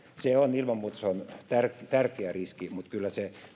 se on ilman muuta tärkeä riski mutta kyllä se